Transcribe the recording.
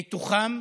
ובתוכם